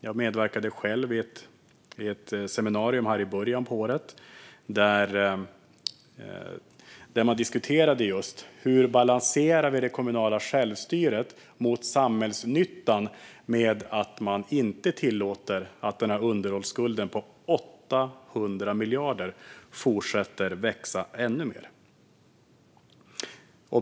Jag medverkade själv i ett seminarium i början på året där man diskuterade just hur vi balanserar det kommunala självstyret mot samhällsnyttan och att man inte tillåter att underhållsskulden på 800 miljarder fortsätter att växa ännu mer.